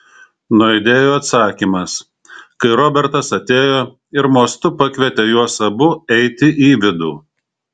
nuaidėjo atsakymas kai robertas atėjo ir mostu pakvietė juos abu eiti į vidų